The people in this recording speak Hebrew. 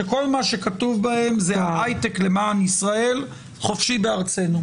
שכל מה שכתוב עליהן זה היי-טק למען ישראל חופשית בארצנו.